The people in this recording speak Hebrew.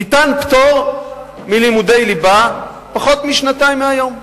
ניתן פטור מלימודי ליבה, פחות משנתיים מהיום.